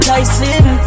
Tyson